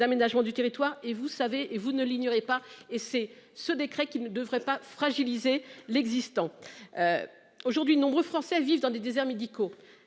d'aménagement du territoire et vous savez et vous ne l'ignorez pas, et c'est ce décret qui ne devrait pas fragiliser l'existant. Aujourd'hui de nombreux Français vivent dans des déserts médicaux.